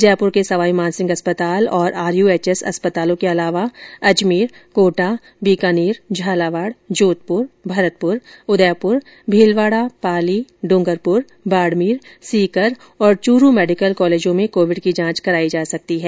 जयपुर के सवाई मानसिंह अस्पताल और आरयूएचएस अस्पतालों के अलावा अजमेर कोटा बीकानेर झालावाड़ जोधपुर भरतपुर उदयपुर भीलवाड़ा पाली डूंगरपुर बाड़मेर सीकर और चूरू मेडिकल कॉलेजों में कोविड की जांच कराई जा सकती है